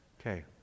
Okay